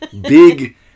Big